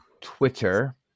twitter